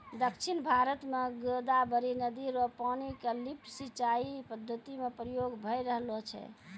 दक्षिण भारत म गोदावरी नदी र पानी क लिफ्ट सिंचाई पद्धति म प्रयोग भय रहलो छै